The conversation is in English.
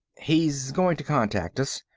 he's going to contact us.